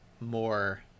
more